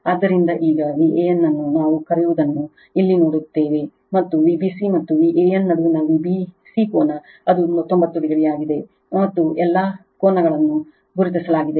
ಆದ್ದರಿಂದ ಈಗ Van ನಾವು ಕರೆಯುವದನ್ನು ಇಲ್ಲಿ ನೋಡುತ್ತೇವೆ ಮತ್ತು Vbc ಮತ್ತು Van ನಡುವಿನ Vbc ಕೋನ ಅದು 90o ಮತ್ತು ಎಲ್ಲಾ ಕೋನಗಳನ್ನು ಗುರುತಿಸಲಾಗಿದೆ